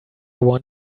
want